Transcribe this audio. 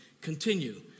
Continue